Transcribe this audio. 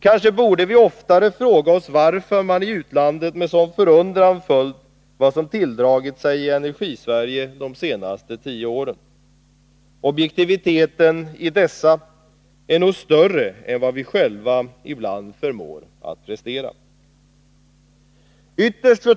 Kanske borde vi fråga oss varför man i utlandet med sådan förundran följt vad som tilldragit sig i Energisverige de senaste tio åren. Objektiviteten i dessa bedömningar är nog större än vad vi själva förmår prestera. Fru talman!